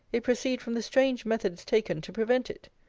it proceed from the strange methods taken to prevent it.